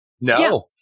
No